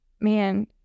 man